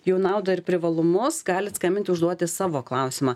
jų naudą ir privalumus galit skambinti užduoti savo klausimą